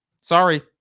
Sorry